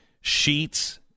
sheets